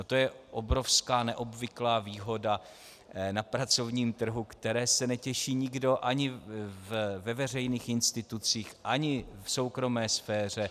To je obrovská, neobvyklá výhoda na pracovním trhu, které se netěší nikdo ani ve veřejných institucích, ani v soukromé sféře.